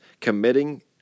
committing